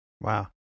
Wow